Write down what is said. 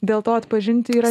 dėl to atpažinti yra